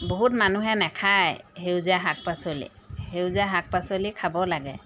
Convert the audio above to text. বহুত মানুহে নাখায় সেউজীয়া শাক পাচলি সেউজীয়া শাক পাচলি খাব লাগে